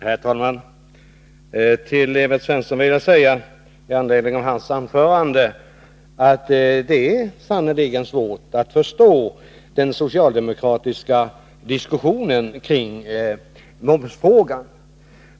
Herr talman! I anledning av Evert Svenssons anförande vill jag säga till honom att det sannerligen är svårt att förstå den socialdemokratiska diskussionen kring momsfrågan.